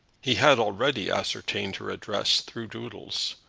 he had already ascertained her address through doodles,